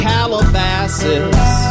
Calabasas